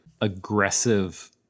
aggressive